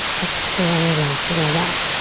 exhale lots of love out.